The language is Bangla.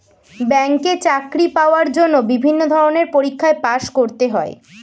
ব্যাংকে চাকরি পাওয়ার জন্য বিভিন্ন ধরনের পরীক্ষায় পাস করতে হয়